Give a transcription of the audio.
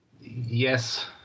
Yes